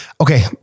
Okay